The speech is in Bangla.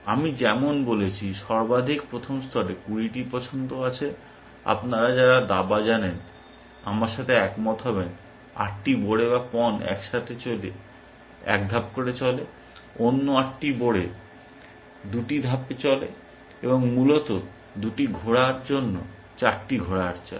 আমি যেমন বলেছি সর্বাধিক প্রথম স্তরে 20টি পছন্দ আছে আপনারা যারা দাবা জানেন আমার সাথে একমত হবেন আটটি বড়ে এক ধাপ করে চলে অন্য আটটি বড়ে দুটি ধাপ চলে এবং মূলত দুটি ঘোড়ার জন্য চারটি ঘোড়ার চাল